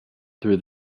through